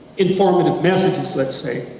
informative messages, let's say,